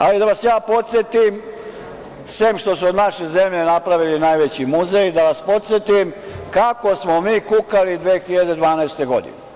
Ali, da vas ja podsetim, sem što su od naše zemlje napravili najveći muzej, da vas podsetim kako smo mi kukali 2012. godine.